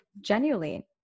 genuinely